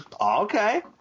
okay